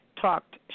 talked